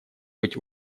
быть